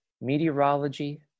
meteorology